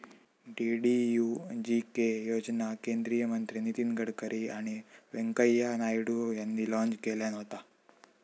DDUGK योजना केंद्रीय मंत्री नितीन गडकरी आणि व्यंकय्या नायडू यांनी लॉन्च केल्यान होता